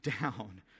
down